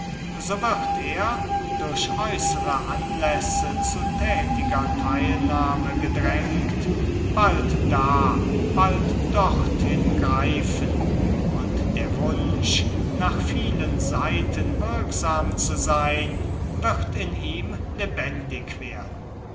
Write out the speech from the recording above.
so wird er durch äußere anlässe zu tätiger teilnahme gedrängt bald da bald dorthin greifen und der wunsch nach vielen seiten wirksam zu sein wird in ihm lebendig werden